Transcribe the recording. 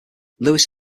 louis